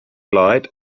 light